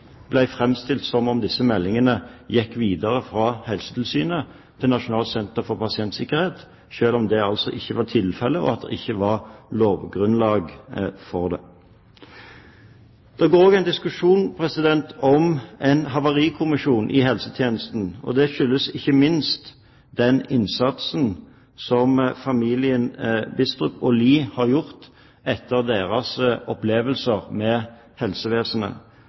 som om disse meldingene gikk videre fra Helsetilsynet til Nasjonalt senter for pasientsikkerhet, selv om det altså ikke var tilfellet, og at det ikke var lovgrunnlag for det. Det pågår en diskusjon om en havarikommisjon i helsetjenesten, og det skyldes ikke minst den innsatsen som familiene Bistrup og Lie har gjort etter deres opplevelser med helsevesenet.